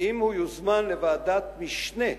שאם הוא יוזמן לוועדת משנה,